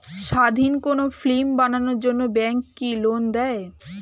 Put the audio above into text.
স্বাধীন কোনো ফিল্ম বানানোর জন্য ব্যাঙ্ক কি লোন দেয়?